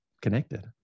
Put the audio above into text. connected